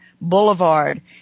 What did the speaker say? Boulevard